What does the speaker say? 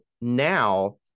now